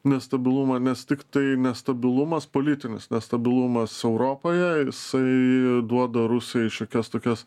nestabilumą nes tiktai nestabilumas politinis nestabilumas europoje jisai duoda rusijai šiokias tokias